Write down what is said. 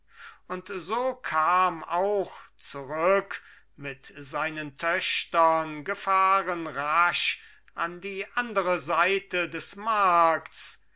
und so kam auch zurück mit seinen töchtern gefahren rasch an die andere seite des markts